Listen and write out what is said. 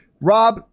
Rob